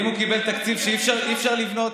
אם הוא קיבל תקציב שאי-אפשר לבנות,